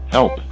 Help